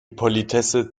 politesse